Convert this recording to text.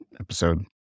episode